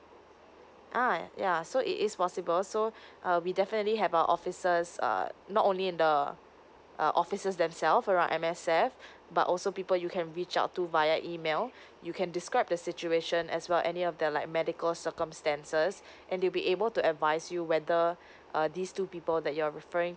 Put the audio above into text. uh ya so it is possible so uh we definitely have a officers uh not only in the uh officers themselves from our M_S_F but also people you can reach out to via email you can describe the situation as well any of their like medical circumstances and they would be able to advise you whether uh these two people that you're referring